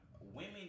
women